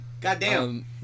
Goddamn